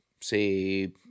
say